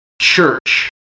church